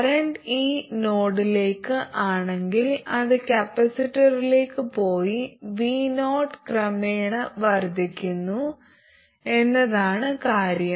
current ഈ നോഡിലേക്ക് ആണെങ്കിൽ അത് കപ്പാസിറ്ററിലേക്ക് പോയി vo ക്രമേണ വർദ്ധിക്കുന്നു എന്നതാണ് കാര്യം